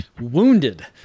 wounded